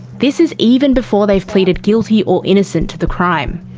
this is even before they've pleaded guilty or innocent to the crime.